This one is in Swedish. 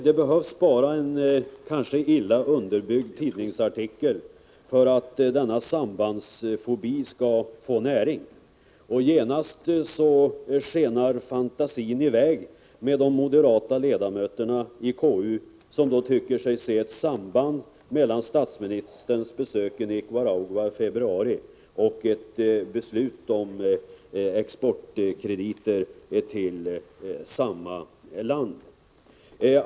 Det behövs kanske bara en illa underbyggd tidningsartikel för att denna sambandsfobi skall få näring. Genast skenar fantasin iväg hos de moderata ledamöterna i konstitutionsutskottet. De tycker sig se ett samband mellan statsministerns besök i Nicaragua i februari och ett beslut om exportkredit till samma land.